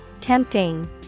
Tempting